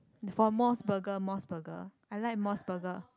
for Mos Burger Mos Burger I like Mos Burger